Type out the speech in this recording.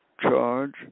Charge